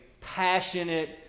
passionate